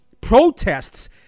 protests